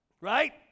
right